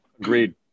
Agreed